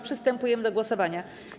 Przystępujemy do głosowania.